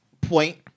Point